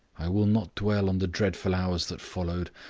i will not dwell on the dreadful hours that followed.